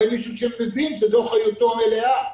או מישהו שמבין שזו האחריות המלאה שלו.